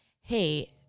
hey